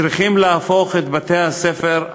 צריכים להפוך את בתי-הספר,